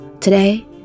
Today